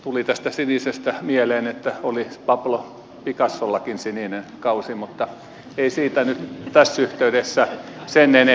tuli tästä sinisestä mieleen että oli pablo picassollakin sininen kausi mutta ei siitä nyt tässä yhteydessä sen enempää